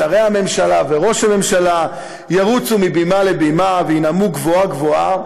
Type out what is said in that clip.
שרי הממשלה וראש הממשלה ירוצו מבימה לבימה וינאמו גבוהה-גבוהה,